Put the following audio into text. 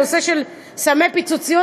הנושא של סמי פיצוציות,